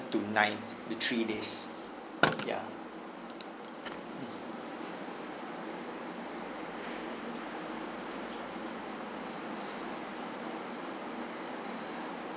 to ninth the three days ya